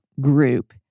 group